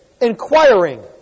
Inquiring